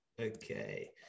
Okay